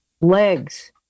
legs